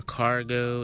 cargo